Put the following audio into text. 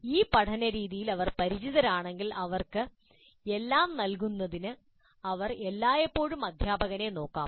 ഈ പഠനരീതിയിൽ അവർ പരിചിതരാണെങ്കിൽ അവർക്ക് എല്ലാം നൽകുന്നതിന് അവർ എല്ലായ്പ്പോഴും അധ്യാപകനെ നോക്കാം